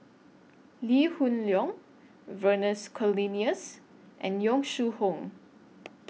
Lee Hoon Leong Vernons Cornelius and Yong Shu Hoong